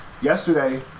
Yesterday